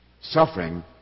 suffering